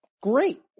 Great